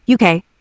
UK